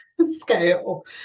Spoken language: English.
scale